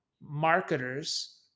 marketers